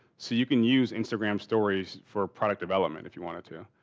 so you can use instagram stories for product development if you wanted to.